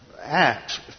Acts